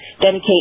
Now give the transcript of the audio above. dedicate